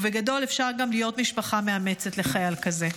ובגדול אפשר גם להיות משפחה מאמצת לחייל כזה.